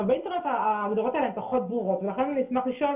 באינטרנט ההגדרות האלה הן פחות ברורות ואני אשמח לשאול